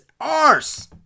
arse